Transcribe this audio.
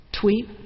tweet